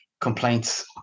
complaints